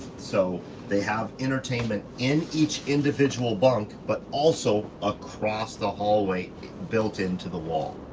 so they have entertainment in each individual bunk but also across the hallway built into the wall.